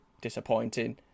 disappointing